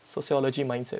sociology mindset